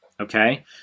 okay